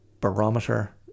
barometer